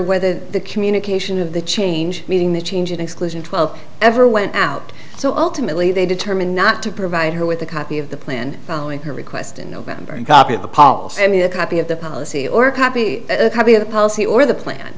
whether the communication of the change meaning the change in exclusion twelve ever went out so ultimately they determined not to provide her with a copy of the plan following her request in november and copy of the paul and me a copy of the policy or copy a copy of the policy or the plan